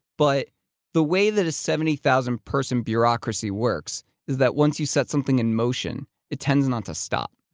but the way that a seventy thousand person bureaucracy works is that once you set something in motion, it tends not to stop.